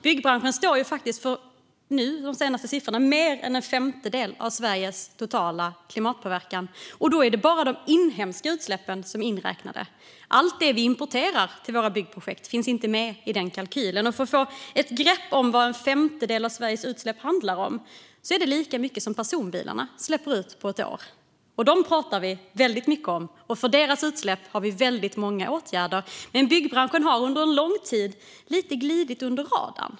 Byggbranschen står i dag enligt de senaste siffrorna faktiskt för mer än en femtedel av Sveriges totala klimatpåverkan, och då är det bara de inhemska utsläppen som är inräknade. Allt det vi importerar till våra byggprojekt finns inte med i den kalkylen. För att få ett grepp om vad en femtedel av Sveriges utsläpp handlar är det lika mycket som personbilarna släpper ut på ett år. De talar vi väldigt mycket om, och för deras utsläpp har vi väldigt många åtgärder. Men byggbranschen har under en lång tid lite glidit under radarn.